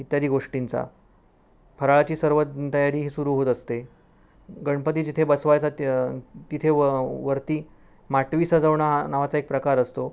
इत्यादी गोष्टींचा फराळाची सर्व तयारीही सुरु होत असते गणपती जिथे बसवायचा त्य तिथे व वरती माटवी सजवणं हा नावाचा एक प्रकार असतो